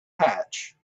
hatch